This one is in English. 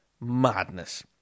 madness